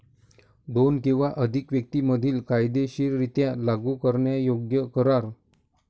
दोन किंवा अधिक व्यक्तीं मधील कायदेशीररित्या लागू करण्यायोग्य करार